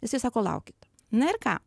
jisai sako laukite na ir ką